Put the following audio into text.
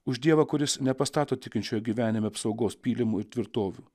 už dievą kuris nepastato tikinčiojo gyvenime apsaugos pylimų ir tvirtovių